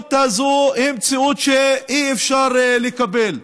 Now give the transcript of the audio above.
המציאות הזו היא מציאות שאי-אפשר לקבל.